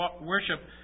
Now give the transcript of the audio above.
worship